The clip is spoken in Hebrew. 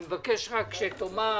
אני מבקש שתאמר